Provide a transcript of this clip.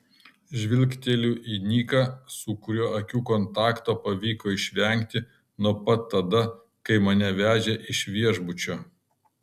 žvilgteliu į niką su kuriuo akių kontakto pavyko išvengti nuo pat tada kai mane vežė iš viešbučio